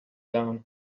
down